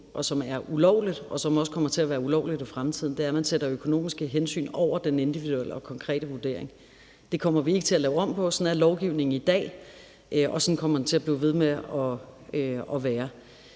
og som er ulovligt, og som også kommer til at være ulovligt i fremtiden, er, at sætte økonomiske hensyn over den individuelle og konkrete vurdering. Det kommer vi ikke til at lave om på. Sådan er lovgivningen i dag, og sådan kommer den til at blive ved med at være.